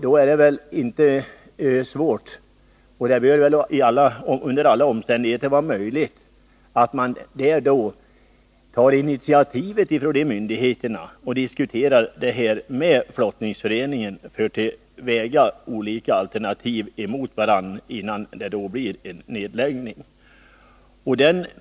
Det är väl inte svårt — det bör under alla omständigheter vara möjligt — för dessa myndigheter att ta initiativ till diskussioner med flottningsföreningarna och därvid väga olika alternativ mot varandra, innan det blir fråga om en nedläggning av flottningen.